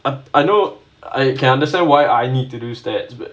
and I know I can understand why I need to do statistics but